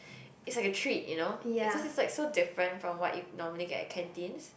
is like a treat you know because it is like so different from what you normally get from canteens